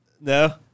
No